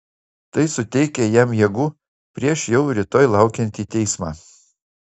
tai suteikia jam jėgų prieš jau rytoj laukiantį teismą